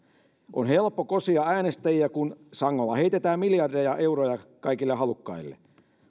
on helppo kosia äänestäjiä kun sangolla heitetään miljardeja euroja kaikille halukkaille